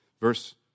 Verse